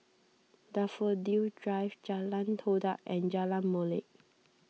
Daffodil Drive Jalan Todak and Jalan Molek